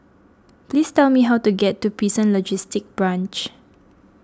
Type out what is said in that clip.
please tell me how to get to Prison Logistic Branch